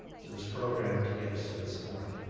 to this program to get us to this point.